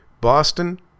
Boston